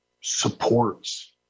supports